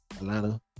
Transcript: Atlanta